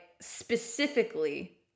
specifically